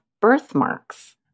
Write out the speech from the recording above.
birthmarks